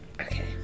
Okay